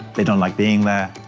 they don't like being there,